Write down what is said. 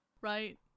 Right